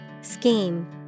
Scheme